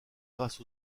grâce